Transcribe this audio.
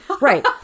Right